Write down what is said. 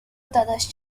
داداش